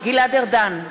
גלעד ארדן,